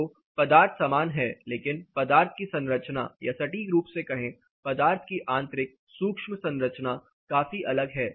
तो पदार्थ समान है लेकिन पदार्थ की संरचना या सटीक रूप से कहें पदार्थ की आंतरिक सूक्ष्म संरचना काफी अलग है